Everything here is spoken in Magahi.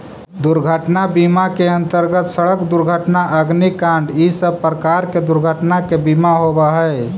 दुर्घटना बीमा के अंतर्गत सड़क दुर्घटना अग्निकांड इ सब प्रकार के दुर्घटना के बीमा होवऽ हई